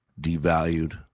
devalued